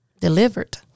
delivered